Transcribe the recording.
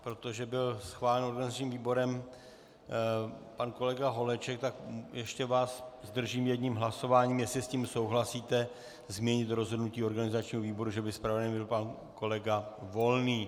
Protože byl schválen organizačním výborem pan kolega Holeček, tak vás ještě zdržím jedním hlasováním, jestli s tím souhlasíte změnit rozhodnutí organizačního výboru, že by zpravodajem byl pan kolega Volný.